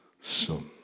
son